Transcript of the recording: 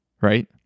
right